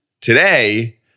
today